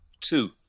Two